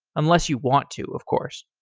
unless you want to, of course.